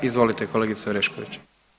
Izvolite kolegice Orešković.